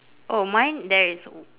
oh mine there is